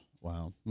Wow